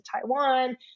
Taiwan